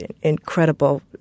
incredible